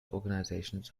organizations